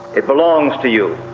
it belongs to you,